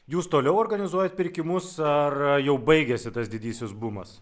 jūs toliau organizuojat pirkimus ar jau baigėsi tas didysis bumas